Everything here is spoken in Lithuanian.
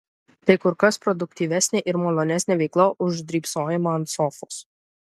tai kur kas produktyvesnė ir malonesnė veikla už drybsojimą ant sofos